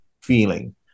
feeling